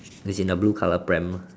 it's in the blue colour pram